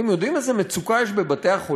אתם יודעים איזו מצוקה יש בבתי-החולים?